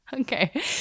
Okay